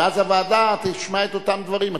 ואז היא תשמע את אותם דברים.